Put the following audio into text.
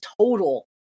total